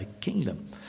kingdom